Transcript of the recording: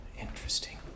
Interesting